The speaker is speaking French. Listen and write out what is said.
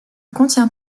contient